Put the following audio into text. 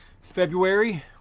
February